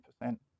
percent